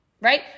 right